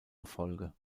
erfolge